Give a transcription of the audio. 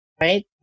right